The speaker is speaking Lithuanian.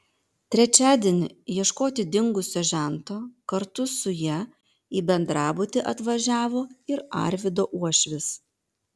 trečiadienį ieškoti dingusio žento kartu su ja į bendrabutį atvažiavo ir arvydo uošvis